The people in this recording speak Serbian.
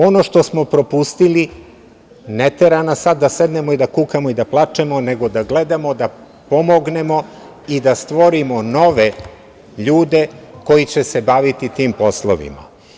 Ono što smo propustili ne tera nas sada da sednemo i da kukamo i da plačemo, nego da gledamo da pomognemo i da stvorimo nove ljude koji će se baviti tim poslovima.